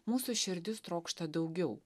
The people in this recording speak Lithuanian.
mūsų širdis trokšta daugiau